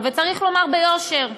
וצריך לומר ביושר: